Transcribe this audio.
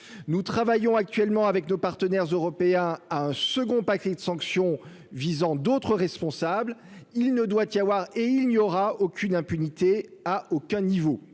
nous travaillons actuellement avec nos partenaires européens à un second paquet de sanctions visant d'autres responsables, il ne doit y avoir et il n'y aura aucune impunité à aucun niveau